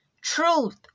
truth